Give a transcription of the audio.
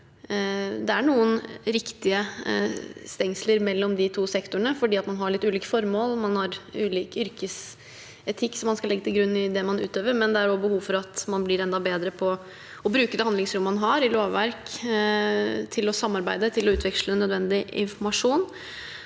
det er noen riktige stengsler mellom de to sektorene fordi man har litt ulike formål, og man har ulik yrkesetikk som man skal legge til grunn i det man utøver. Men det er behov for at man blir enda bedre på å bruke handlingsrommet man har i lovverk, til å samarbeide og til å utveksle nødvendig informasjon.